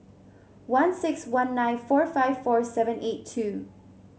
one six one nine four five four seven eight two